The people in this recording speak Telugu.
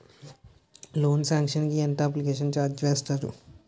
లోన్ సాంక్షన్ కి ఎంత అప్లికేషన్ ఛార్జ్ వేస్తారు?